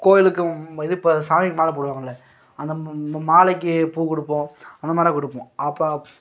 கோவிலுக்கு இது இப்போ சாமிக்கு மாலை போடுவாங்கல்ல அந்த மாலைக்கு பூ கொடுப்போம் அந்தமாரி கொடுப்போம் அப்போ